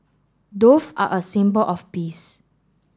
dove are a symbol of peace